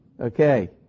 Okay